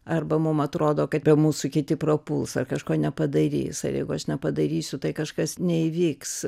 arba mum atrodo kad be mūsų kiti prapuls ar kažko nepadarys ar jeigu aš nepadarysiu tai kažkas neįvyks